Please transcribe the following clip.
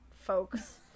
folks